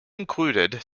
included